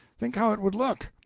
think how it would look.